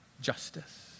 Justice